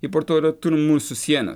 iportora tu mūsų sienas